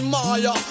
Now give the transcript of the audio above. Maya